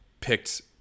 picked